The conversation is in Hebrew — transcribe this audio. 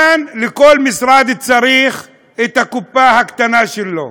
כאן כל משרד צריך את הקופה הקטנה שלו,